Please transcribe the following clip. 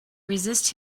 resist